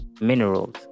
minerals